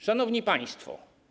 Szanowni Państwo!